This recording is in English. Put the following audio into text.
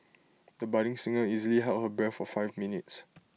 the budding singer easily held her breath for five minutes